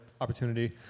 opportunity